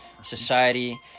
Society